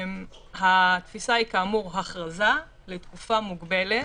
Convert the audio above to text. התפיסה היא כאמור הכרזה לתקופה מוגבלת,